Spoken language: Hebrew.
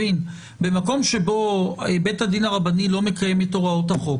במקום שבו בית הדין הרבני לא מקיים את הוראות החוק,